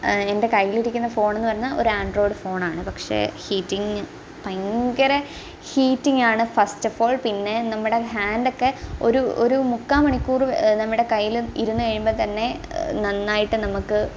എന്റെ കയ്യിലിരിക്കുന്ന ഫോൺ എന്ന് പറഞ്ഞാൽ ഒരു ആൺട്രോയിഡ് ഫോൺ ആണ് പക്ഷെ ഹീറ്റിങ് ഭയങ്കര ഹീറ്റിങ്ങാണ് ഫസ്റ്റഫോൾ പിന്നെ നമ്മുടെ ഹാൻഡ് ഒക്കെ ഒരു ഒരു മുക്കാൽ മണിക്കൂർ നമ്മുടെ കയ്യിൽ ഇരുന്ന് കഴിയുമ്പോൾതന്നെ നന്നായിട്ട് നമുക്ക്